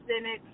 Senate